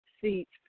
seats